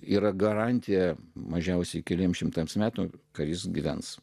yra garantija mažiausiai keliems šimtams metų kad jis gyvens